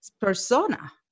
persona